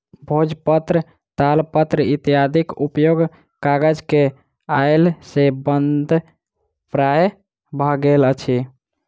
भोजपत्र, तालपत्र इत्यादिक उपयोग कागज के अयला सॅ बंद प्राय भ गेल अछि